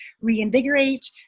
reinvigorate